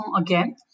again